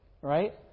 Right